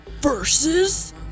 versus